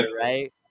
Right